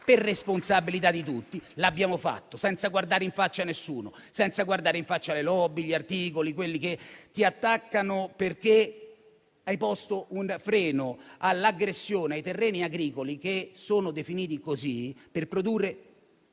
per responsabilità di tutti, l'abbiamo fatto senza guardare in faccia a nessuno, senza guardare in faccia alle *lobby*, agli articoli, a quelli che ti attaccano perché hai posto un freno all'aggressione ai terreni agricoli che sono definiti così per produrre